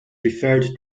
referred